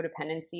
codependency